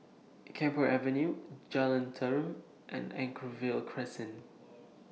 Camphor Avenue Jalan Tarum and Anchorvale Crescent